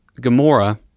Gamora